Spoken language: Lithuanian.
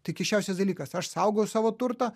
tai keisčiausias dalykas aš saugojau savo turtą